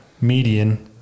median